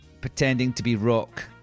pretending-to-be-rock